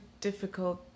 difficult